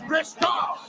Restore